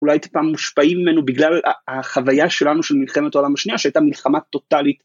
אולי טיפה מושפעים ממנו בגלל החוויה שלנו של מלחמת העולם השנייה שהייתה מלחמה טוטאלית.